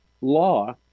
law